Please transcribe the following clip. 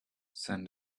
send